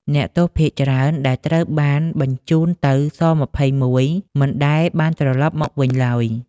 អ្នកទោសភាគច្រើនដែលត្រូវបានបញ្ជូនទៅ ស-២១ មិនដែលបានត្រឡប់មកវិញឡើយ។